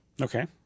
Okay